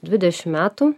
dvidešimt metų